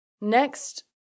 Next